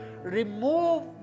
Remove